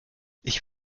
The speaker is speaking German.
ich